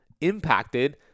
impacted